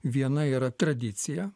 viena yra tradicija